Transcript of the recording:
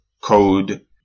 code